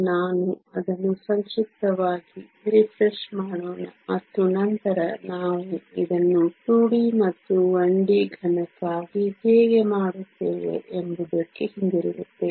ನಾನು ಅದನ್ನು ಸಂಕ್ಷಿಪ್ತವಾಗಿ ರಿಫ್ರೆಶ್ ಮಾಡೋಣ ಮತ್ತು ನಂತರ ನಾವು ಇದನ್ನು 2 ಡಿ ಮತ್ತು 1 ಡಿ ಘನಕ್ಕಾಗಿ ಹೇಗೆ ಮಾಡುತ್ತೇವೆ ಎಂಬುದಕ್ಕೆ ಹಿಂತಿರುಗುತ್ತೇವೆ